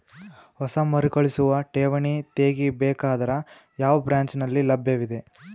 ಹೊಸ ಮರುಕಳಿಸುವ ಠೇವಣಿ ತೇಗಿ ಬೇಕಾದರ ಯಾವ ಬ್ರಾಂಚ್ ನಲ್ಲಿ ಲಭ್ಯವಿದೆ?